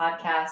podcast